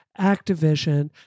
Activision